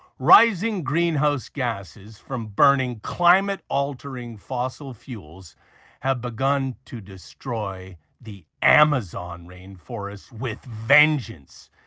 rising greenhouse gases from burning climate altering fossil fuels have begun to destroy the amazon rainforest with vengeance.